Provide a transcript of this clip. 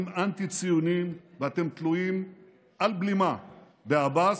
אנטי-ציוניים ואתם תלויים על בלימה בעבאס,